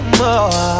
more